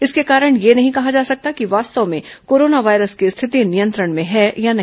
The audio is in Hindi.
इसके कारण यह नहीं कहा जा सकता कि वास्तव में कोरोना वायरस की स्थिति नियंत्रण में है या नहीं